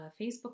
Facebook